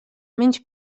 menys